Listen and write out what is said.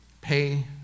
pay